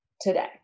today